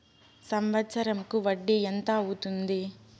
సంవత్సరం కు వడ్డీ ఎంత అవుతుంది?